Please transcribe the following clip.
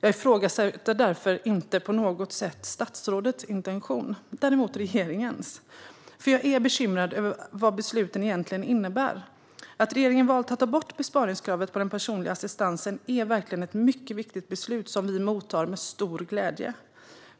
Jag ifrågasätter därför inte på något sätt statsrådets intention - däremot regeringens. Jag är nämligen bekymrad över vad besluten egentligen innebär. Att regeringen har valt att ta bort besparingskravet på den personliga assistansen är verkligen ett mycket viktigt beslut som vi mottar med stor glädje.